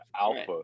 Alpha